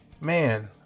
man